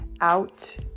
out